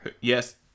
Yes